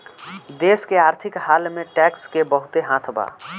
देश के आर्थिक हाल में टैक्स के बहुते हाथ बा